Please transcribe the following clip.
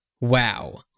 wow